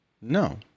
No